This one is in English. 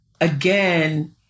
again